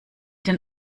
den